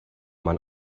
man